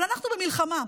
אבל אנחנו במלחמה.